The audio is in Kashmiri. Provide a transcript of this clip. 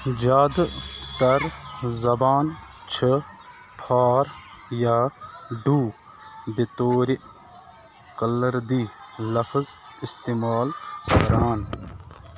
زیادٕ تَر زبانہٕ چھِ فار یا ڈوٗ بِطورِ کَلَردی لفظ اِستعمال کران